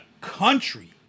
country